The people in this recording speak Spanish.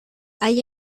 hay